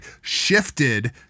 shifted